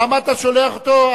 למה אתה שולח אותו?